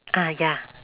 ah ya